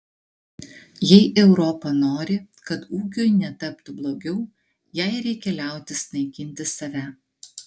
jei europa nori kad ūkiui netaptų blogiau jai reikia liautis naikinti save